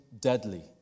deadly